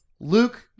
Luke